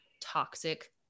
toxic